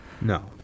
No